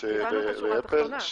הבנו את השורה התחתונה.